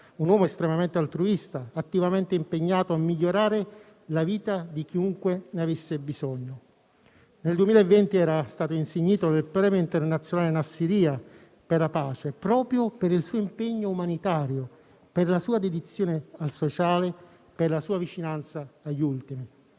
un uomo estremamente altruista e attivamente impegnato a migliorare la vita di chiunque ne avesse bisogno. Nel 2020 era stato insignito del Premio internazionale Nassiriya per la pace proprio per il suo impegno umanitario, la sua dedizione al sociale e la vicinanza agli ultimi.